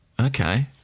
okay